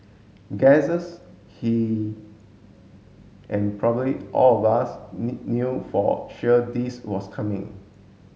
guesses he and probably all of us knew for sure this was coming